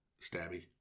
Stabby